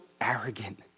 arrogant